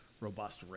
robust